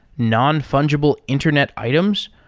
non-fungible internet items,